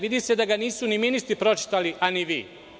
Vidi se da ga nisu ni ministri pročitali, a ni vi.